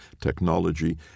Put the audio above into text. technology